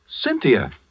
Cynthia